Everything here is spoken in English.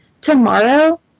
tomorrow